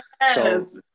Yes